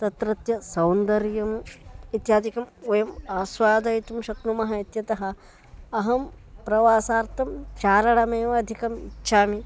तत्रत्य सौन्दर्यम् इत्यादिकं वयम् आस्वादयितुं शक्नुमः इत्यतः अहं प्रवासार्थं चारणमेव अधिकम् इच्छामि